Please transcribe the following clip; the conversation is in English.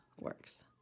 works